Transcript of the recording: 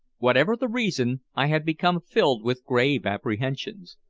whatever the reason, i had become filled with grave apprehensions.